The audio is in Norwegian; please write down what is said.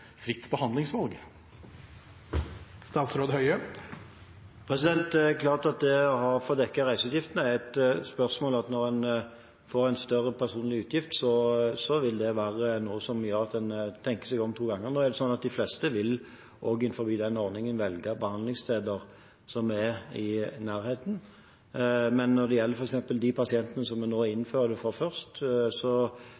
fritt behandlingsvalg? Det er klart at hvis en ikke får dekket reiseutgiftene – og når en får en større personlig utgift – vil det være noe som gjør at en tenker seg om to ganger. Nå er det sånn at de fleste også innenfor den ordningen vil velge behandlingssteder som er i nærheten. Men når det f.eks. gjelder de pasientene som vi nå innfører det for først